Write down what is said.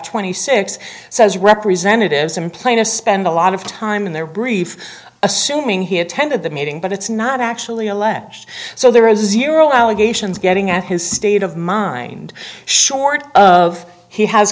twenty six says representatives in plano spend a lot of time in their brief assuming he attended the meeting but it's not actually alleged so there is zero allegations getting at his state of mind short of he has